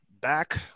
back